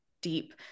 deep